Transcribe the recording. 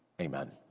amen